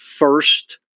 first